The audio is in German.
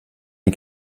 die